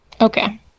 Okay